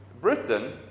Britain